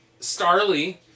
Starly